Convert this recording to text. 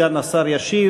סגן השר ישיב.